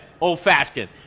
old-fashioned